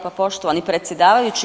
poštovani predsjedavajući.